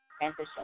transition